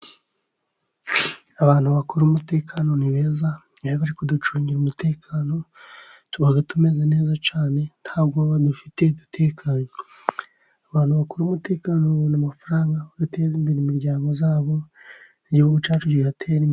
Abantu bakora umutekano ni beza, iyo baje kuducungira umutekano tuba tumeze neza cyane, nta bwoba dufite dutekanye. Abantu bakora umutekano babona amafaranga ateza imbere imiryango yabo, igihugu cyacu kigatera imbere.